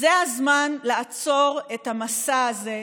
זה הזמן לעצור את המסע הזה.